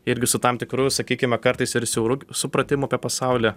irgi su tam tikru sakykime kartais ir siauru supratimu apie pasaulį